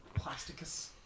Plasticus